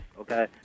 okay